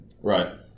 Right